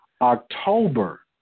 october